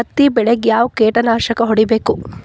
ಹತ್ತಿ ಬೆಳೇಗ್ ಯಾವ್ ಕೇಟನಾಶಕ ಹೋಡಿಬೇಕು?